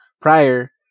prior